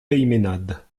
peymeinade